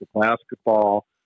basketball